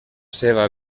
seva